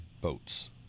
Boats